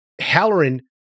Halloran